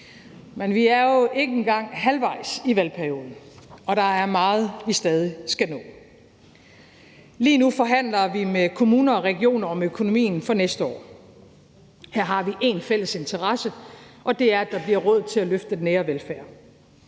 Men vi er jo ikke engang halvvejs i valgperioden, og der er meget, vi stadig skal nå. Lige nu forhandler vi med kommuner og regioner om økonomien for næste år. Her har vi én fælles interesse, og det er, at der bliver råd til at løfte den nære velfærd,